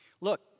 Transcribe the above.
Look